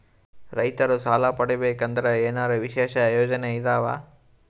ರೈತರು ಸಾಲ ಪಡಿಬೇಕಂದರ ಏನರ ವಿಶೇಷ ಯೋಜನೆ ಇದಾವ?